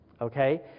Okay